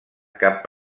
cap